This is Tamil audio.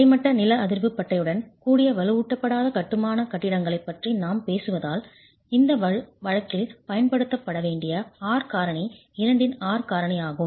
கிடைமட்ட நில அதிர்வு பட்டையுடன் கூடிய வலுவூட்டப்படாத கட்டுமான கட்டிடங்களைப் பற்றி நாம் பேசுவதால் இந்த வழக்கில் பயன்படுத்தப்பட வேண்டிய R காரணி 2 இன் R காரணியாகும்